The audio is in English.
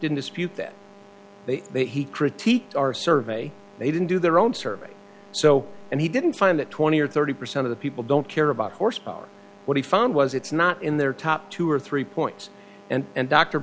didn't dispute that they he critiqued our survey they didn't do their own survey so and he didn't find that twenty or thirty percent of the people don't care about horsepower what he found was it's not in their top two or three points and and dr